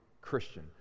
christian